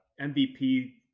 MVP